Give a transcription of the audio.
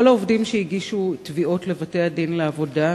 כל העובדים שהגישו תביעות לבתי-הדין לעבודה,